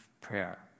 prayer